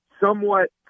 somewhat